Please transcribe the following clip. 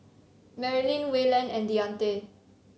Marilynn Wayland and Deante